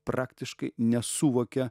praktiškai nesuvokia